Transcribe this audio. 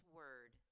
word